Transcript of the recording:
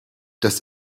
das